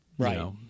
Right